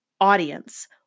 audience